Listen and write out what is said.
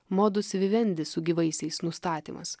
modus vivendi su gyvaisiais nustatymas